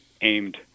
aimed